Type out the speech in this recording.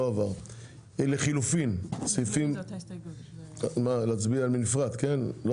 הצבעה ההסתייגות לא התקבלה.